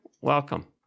welcome